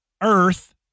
earth